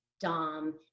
Dom